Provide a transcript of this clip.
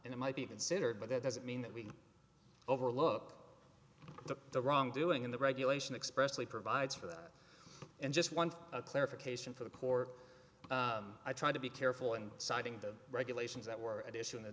and it might be considered but that doesn't mean that we can overlook the wrongdoing in the regulation expressly provides for that and just one clarification for the core i try to be careful and citing the regulations that were at issue in the